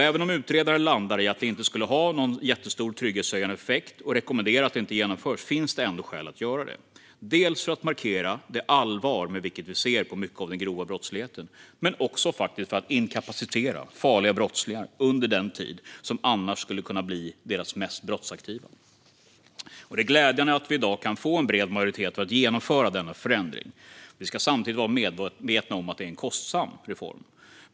Även om utredaren landar i att det inte skulle ha en jättestor trygghetshöjande effekt och rekommenderar att det inte genomförs finns det ändå skäl att göra det, dels för att markera det allvar med vilket vi ser på mycket av den grova brottsligheten, dels för att inkapacitera farliga brottslingar under en tid som annars skulle kunna bli deras mest brottsaktiva. Det är glädjande att vi i dag kan få en bred majoritet för att genomföra denna förändring. Vi ska samtidigt vara medvetna om att det är en kostsam reform.